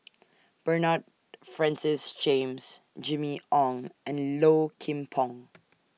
Bernard Francis James Jimmy Ong and Low Kim Pong